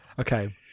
Okay